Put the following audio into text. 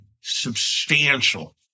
substantial